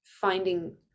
finding